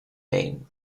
maine